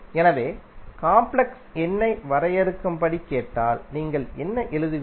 எனவே காம்ப்ளெக்ஸ் எண்ணை வரையறுக்கும்படி கேட்டால் நீங்கள் என்ன எழுதுவீர்கள்